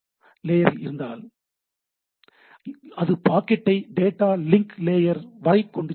layer 2 switch இருந்தால் அது பாக்கெட்டை டேட்டா லிங்க் லேயர் வரை கொண்டு செல்லும்